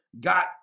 got